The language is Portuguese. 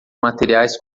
materiais